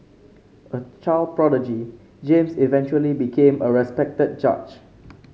a child prodigy James eventually became a respected judge